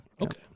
Okay